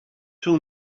two